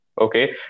Okay